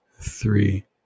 three